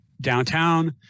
downtown